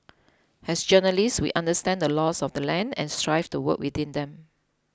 as journalists we understand the laws of the land and strive to work within them